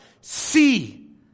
see